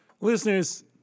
Listeners